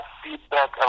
feedback